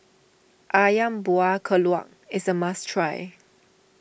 Ayam Buah Keluak is a must try